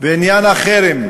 ועניין החרם,